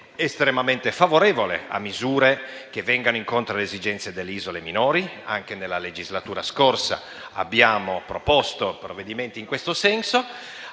estremamente favorevole a misure che vengano incontro alle esigenze delle isole minori, anche nella legislatura scorsa ha proposto provvedimenti in questo senso.